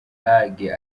lague